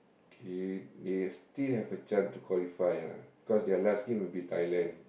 okay they still have a chance to qualify lah because their last game will be Thailand